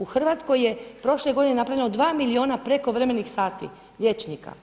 U Hrvatskoj je prošle godine napravljeno 2 milijuna prekovremenih sati liječnika.